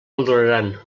valoraran